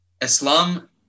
Islam